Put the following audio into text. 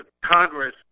Congress